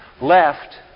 left